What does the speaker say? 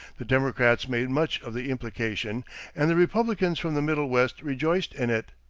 the democrats made much of the implication and the republicans from the middle west rejoiced in it.